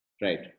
Right